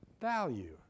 value